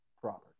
proper